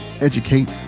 educate